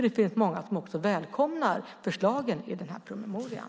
Det finns många som också välkomnar förslagen i promemorian.